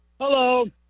Hello